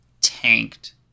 tanked